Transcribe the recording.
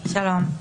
שלום.